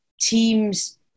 teams